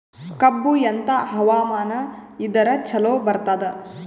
ಕಬ್ಬು ಎಂಥಾ ಹವಾಮಾನ ಇದರ ಚಲೋ ಬರತ್ತಾದ?